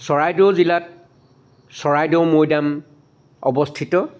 চৰাইদেউ জিলাত চৰাইদেউ মৈদাম অৱস্থিত